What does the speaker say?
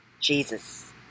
Jesus